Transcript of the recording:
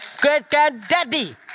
Great-Granddaddy